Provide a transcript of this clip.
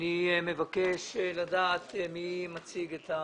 אני מבקש לדעת מי מציג את התקנות.